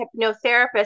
hypnotherapist